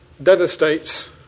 devastates